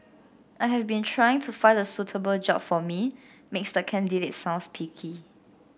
I've been trying to find the suitable job for me makes the candidate sound picky